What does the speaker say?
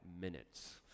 minutes